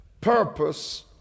purpose